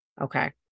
Okay